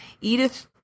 Edith